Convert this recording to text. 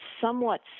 somewhat